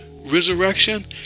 resurrection